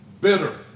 bitter